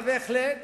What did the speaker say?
אבל בהחלט